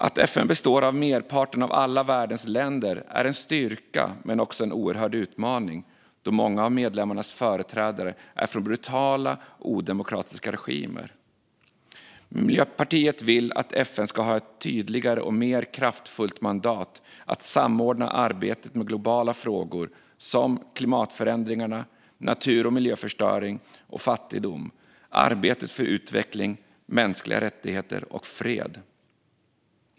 Att FN består av merparten av alla världens länder är en styrka - men också en oerhörd utmaning, då många av medlemmarnas företrädare är från brutala och odemokratiska regimer. Miljöpartiet vill att FN ska ha ett tydligare och mer kraftfullt mandat att samordna arbetet med globala frågor som klimatförändringarna, natur och miljöförstöring och fattigdom samt arbetet för utveckling, mänskliga rättigheter och fred.